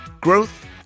growth